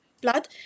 blood